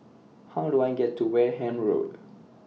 How Do I get to Wareham Road